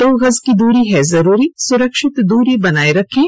दो गज की दूरी है जरूरी सुरक्षित दूरी बनाए रखें